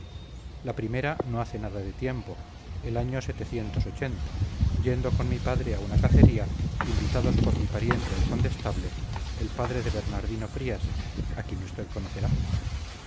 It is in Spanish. la primera no hace nada de tiempo el año yendo con mi padre a una cacería invitados por mi pariente el condestable el padre de bernardino frías a quien usted conocerá